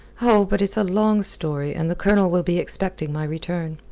oh, but it's a long story, and the colonel will be expecting my return.